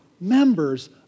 members